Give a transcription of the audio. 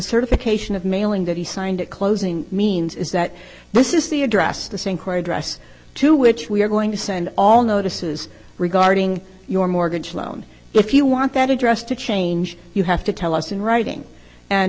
certification of mailing that he signed a closing means is that this is the address the same court address to which we are going to send all notices regarding your mortgage loan if you want that address to change you have to tell us in writing and